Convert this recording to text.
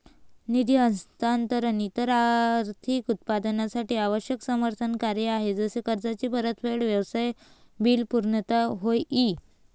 निधी हस्तांतरण इतर आर्थिक उत्पादनांसाठी आवश्यक समर्थन कार्य आहे जसे कर्जाची परतफेड, व्यवसाय बिल पुर्तता होय ई